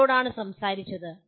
ആരോടാണ് സംസാരിച്ചത്